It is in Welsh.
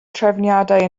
trefniadau